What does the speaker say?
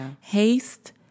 Haste